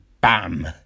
BAM